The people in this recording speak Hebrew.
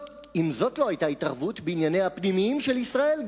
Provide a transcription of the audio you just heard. אם זאת לא היתה התערבות בענייניה הפנימיים של ישראל,